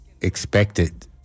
expected